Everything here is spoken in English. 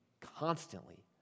constantly